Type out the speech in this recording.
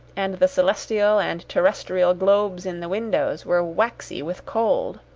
and the celestial and terrestrial globes in the windows, were waxy with cold.